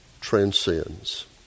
transcends